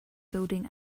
building